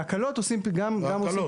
בהקלות עושים גם --- בהקלות.